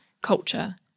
culture